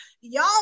y'all